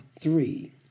three